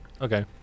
okay